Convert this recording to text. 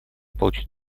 получить